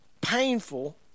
painful